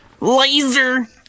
Laser